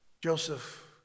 Joseph